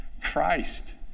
Christ